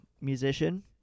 musician